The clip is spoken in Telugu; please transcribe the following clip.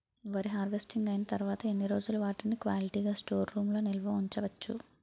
వరి హార్వెస్టింగ్ అయినా తరువత ఎన్ని రోజులు వాటిని క్వాలిటీ గ స్టోర్ రూమ్ లొ నిల్వ ఉంచ వచ్చు?